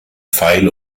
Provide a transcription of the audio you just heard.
pfeil